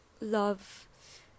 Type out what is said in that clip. love